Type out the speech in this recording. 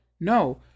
No